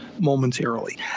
momentarily